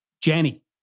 Jenny